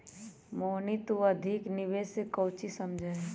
मोहनीश तू अधिक निवेश से काउची समझा ही?